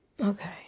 Okay